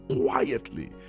quietly